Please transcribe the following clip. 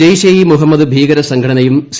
ജയിഷേ ഇ മുഹമ്മദ് ഭീകര സംഘടനയും സി